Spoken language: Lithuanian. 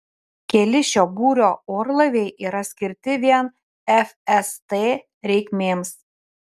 keli šio būrio orlaiviai yra skirti vien fst reikmėms